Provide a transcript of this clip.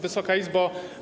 Wysoka Izbo!